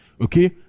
okay